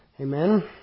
Amen